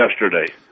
yesterday